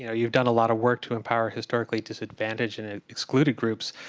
yeah you've done a lot of work to empower historically disadvantaged and ah excluded groups.